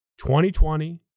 2020